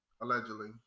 allegedly